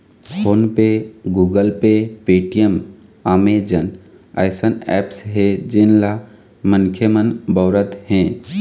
phone पे, Google Pay, Paytm, Amazon अइसन apps हे जेन ल मनखे मन बउरत हें